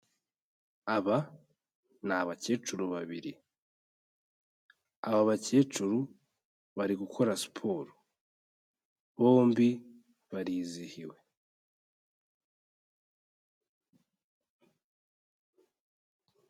Aba ni abakecuru babiri, aba bakecuru bari gukora siporo bombi barizihiwe.